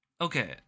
okay